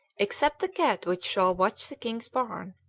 except the cat which shall watch the king's barn,